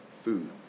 food